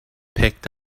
picked